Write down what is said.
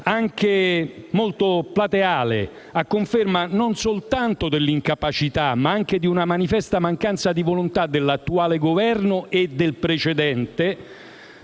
anche in modo plateale, a conferma non soltanto dell'incapacità, ma anche di una manifesta mancanza di volontà dell'attuale Governo (e del precedente)